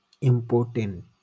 Important